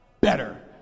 Better